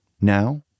Now